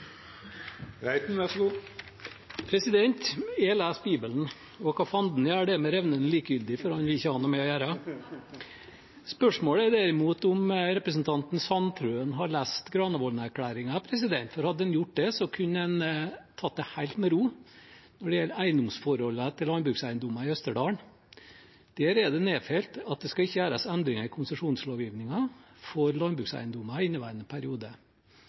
likegyldig, for han vil jeg ikke ha noe med å gjøre. Spørsmålet er derimot om representanten Sandtrøen har lest i Granavolden-plattformen. Hadde han gjort det, kunne han tatt det helt med ro når det gjelder eiendomsforholdene knyttet til landbrukseiendommer i Østerdalen, for der er det nedfelt at det ikke skal gjøres endringer i konsesjonslovgivningen for landbrukseiendommer i inneværende periode.